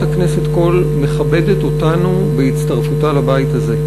הכנסת קול מכבדת אותנו בהצטרפותה לבית הזה.